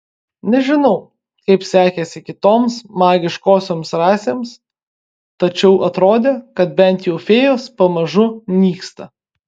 nežinau kaip sekėsi kitoms magiškosioms rasėms tačiau atrodė kad bent jau fėjos pamažu nyksta